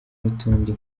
n’utundi